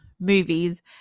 movies